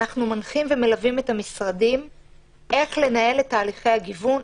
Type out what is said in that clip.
אנחנו מנחים ומלווים את המשרדים איך לנהל את תהליכי הגיוון,